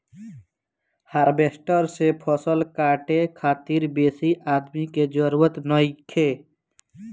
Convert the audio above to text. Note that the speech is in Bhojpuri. हार्वेस्टर से फसल काटे खातिर बेसी आदमी के जरूरत नइखे